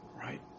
right